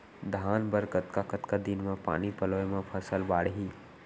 धान बर कतका कतका दिन म पानी पलोय म फसल बाड़ही?